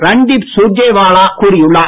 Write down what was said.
ரண்தீப் சூர்ஜேவாலா கூறியுள்ளார்